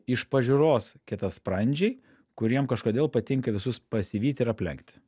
iš pažiūros kietasprandžiai kuriem kažkodėl patinka visus pasivyti ir aplenkti